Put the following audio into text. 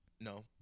No